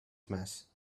mess